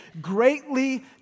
greatly